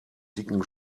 dicken